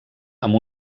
amb